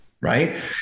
right